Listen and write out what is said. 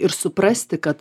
ir suprasti kad